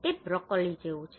તે બ્રોકોલી જેવું છે